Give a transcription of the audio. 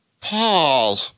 Paul